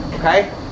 Okay